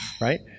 right